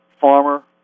farmer